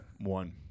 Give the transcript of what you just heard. one